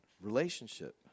relationship